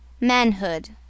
MANHOOD